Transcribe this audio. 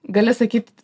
gali sakyt